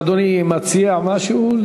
אדוני מציע משהו?